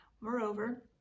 moreover